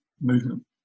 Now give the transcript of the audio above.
movement